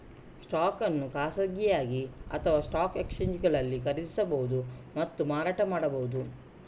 stock ಅನ್ನು ಖಾಸಗಿಯಾಗಿ ಅಥವಾಸ್ಟಾಕ್ ಎಕ್ಸ್ಚೇಂಜುಗಳಲ್ಲಿ ಖರೀದಿಸಬಹುದು ಮತ್ತು ಮಾರಾಟ ಮಾಡಬಹುದು